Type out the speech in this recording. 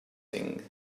thing